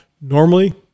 Normally